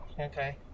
okay